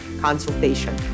consultation